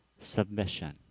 submission